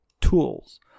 tools